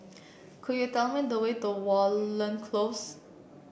could you tell me the way to Watten Close